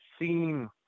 seen